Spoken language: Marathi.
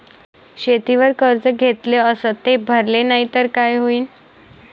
शेतीवर कर्ज घेतले अस ते भरले नाही तर काय होईन?